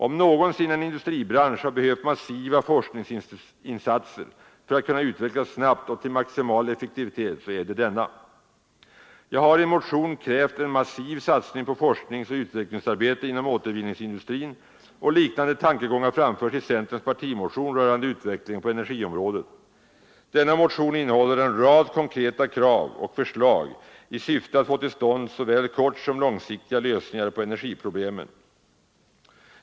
Om någonsin en industribransch har behövt massiva forskningsinsatser för att kunna utvecklas snabbt och till maximal effektivitet, så är det denna. Jag har i en motion krävt en massiv satsning på forskningsoch utvecklingsarbete inom återvinningsindustrin, och liknande tankar framförs i centerns partimotion rörande utvecklingen på energiområdet. Denna motion innehåller en rad konkreta krav och förslag i syfte att få till stånd såväl kortsom långsiktiga lösningar på energiproblemen.